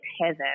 heaven